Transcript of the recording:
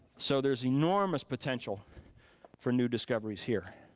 so there's enormous potential for new discoveries here.